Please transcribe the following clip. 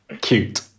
cute